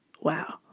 Wow